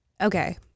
Okay